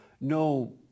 no